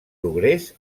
progrés